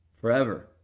Forever